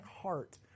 heart